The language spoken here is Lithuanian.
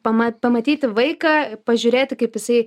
pama pamatyti vaiką pažiūrėti kaip jisai